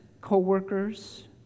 co-workers